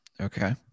okay